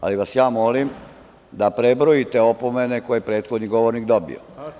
Molim vas da prebrojite opomene koje je prethodni govornik dobio.